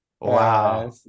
Wow